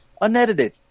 Unedited